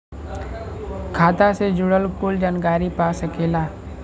खाता से जुड़ल कुल जानकारी पा सकेला